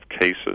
cases